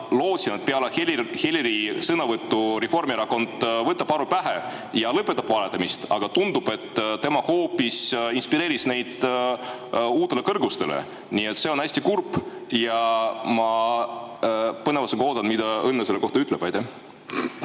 Ma lootsin, et peale Heliri sõnavõttu võtab Reformierakond aru pähe ja lõpetab valetamise, aga tundub, et Helir hoopis inspireeris neid uutele kõrgustele. Nii et see on hästi kurb. Ma põnevusega ootan, mida Õnne selle kohta ütleb. Aitäh,